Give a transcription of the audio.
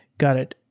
got it.